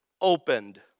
opened